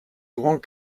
grands